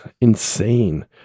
insane